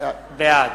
בעד